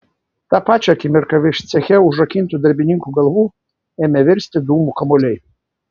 tą pačią akimirką virš ceche užrakintų darbininkų galvų ėmė virsti dūmų kamuoliai